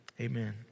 Amen